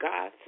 God